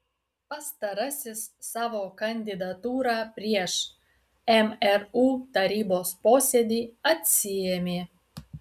pastarasis savo kandidatūrą prieš mru tarybos posėdį atsiėmė